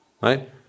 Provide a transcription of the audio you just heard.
right